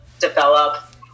develop